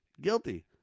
guilty